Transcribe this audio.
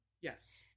Yes